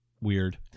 weird